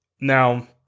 Now